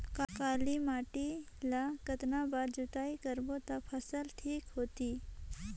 काली माटी ला कतना बार जुताई करबो ता फसल ठीक होती?